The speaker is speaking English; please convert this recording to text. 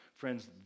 Friends